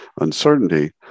uncertainty